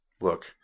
Look